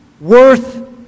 worth